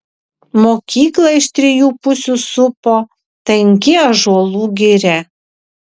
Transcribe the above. mokyklą iš trijų pusių supo tanki ąžuolų giria